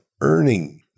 earning